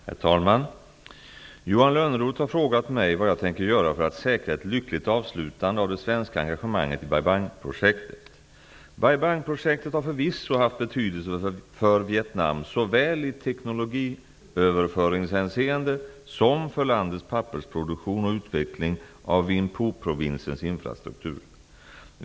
Herr talman! Johan Lönnroth har frågat mig vad jag tänker göra för att säkra ett lyckligt avslutande av det svenska engagemanget i Bai Bang-projektet. Bai Bang-projektet har förvisso haft betydelse för Vietnam såväl i teknologiöverföringshänseende som för landets pappersproduktion och utvecklingen av Vinh Phu-provinsens infrastruktur.